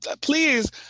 Please